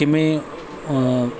ਕਿਵੇਂ